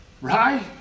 Right